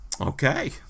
Okay